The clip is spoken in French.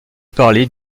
parler